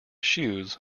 shoes